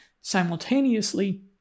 simultaneously